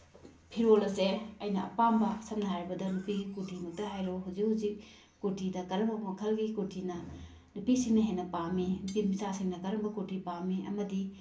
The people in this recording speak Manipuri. ꯐꯤꯔꯣꯜ ꯑꯁꯦ ꯑꯩꯅ ꯑꯄꯥꯝꯕ ꯁꯝꯅ ꯍꯥꯏꯔꯕꯗ ꯅꯨꯄꯤꯒꯤ ꯀꯨꯔꯇꯤ ꯃꯛꯇ ꯍꯥꯏꯔꯣ ꯍꯨꯖꯤꯛ ꯍꯨꯖꯤꯛ ꯀꯨꯔꯇꯤꯗ ꯀꯔꯝꯕ ꯀꯈꯜꯒꯤ ꯀꯨꯔꯇꯤꯅ ꯅꯨꯄꯤꯁꯤꯡꯅ ꯍꯦꯟꯅ ꯄꯥꯝꯃꯤ ꯅꯨꯄꯤ ꯃꯆꯥꯁꯤꯡꯅ ꯀꯔꯝꯕ ꯀꯨꯔꯇꯤ ꯄꯥꯝꯃꯤ ꯑꯃꯗꯤ